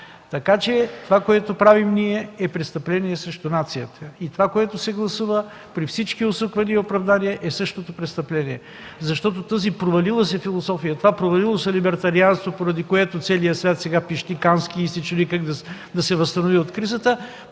Така че това, което правим ние, е престъпление срещу нацията! Това, което се гласува при всички усуквания и оправдания, е същото престъпление! Тази провалила се философия, това провалило се либертарианство, поради което целият свят сега кански пищи и се чуди как да се възстанови от кризата,